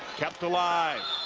kept alive.